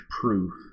proof